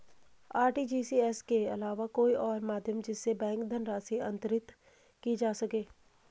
RTGS के अलावा कोई और माध्यम जिससे बैंक धनराशि अंतरित की जा सके?